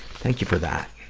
thank you for that.